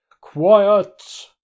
Quiet